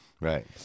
right